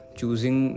choosing